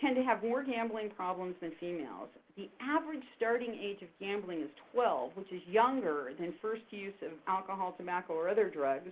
tend to have more gambling problems than females, the average starting age of gambling is twelve, which is younger than first use of alcohol, tobacco, or other drugs